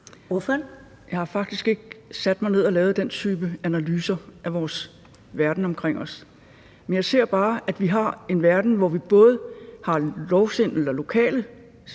Jeg har faktisk ikke sat mig ned og lavet den type analyser af verden omkring os. Men jeg ser bare, at vi har en verden, hvor vi både har lokale